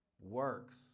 works